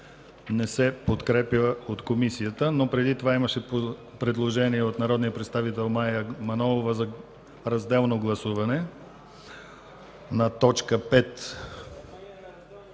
не се подкрепя от Комисията. Преди това обаче имаше предложение от народния представител Мая Манолова за разделно гласуване на т. 5.